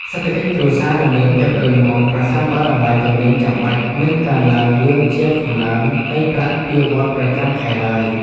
សេដ្ឋកិច្ចគ្រួសារនឹងមានភាពរឹងមាំប្រសិនបើតម្លៃទំនិញចាំបាច់មិនកើនឡើងលឿនជាងកំណើននៃប្រាក់បៀវត្សរ៍ប្រចាំខែឡើយ។